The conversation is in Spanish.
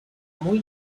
muy